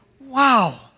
wow